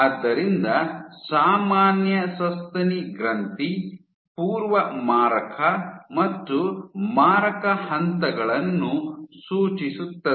ಆದ್ದರಿಂದ ಸಾಮಾನ್ಯ ಸಸ್ತನಿ ಗ್ರಂಥಿ ಪೂರ್ವ ಮಾರಕ ಮತ್ತು ಮಾರಕ ಹಂತಗಳನ್ನು ಸೂಚಿಸುತ್ತದೆ